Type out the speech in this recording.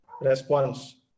response